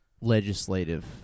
legislative